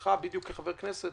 שלך בדיוק כחבר כנסת.